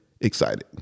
excited